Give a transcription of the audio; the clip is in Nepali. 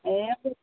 ए